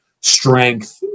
strength